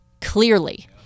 clearly